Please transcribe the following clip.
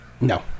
No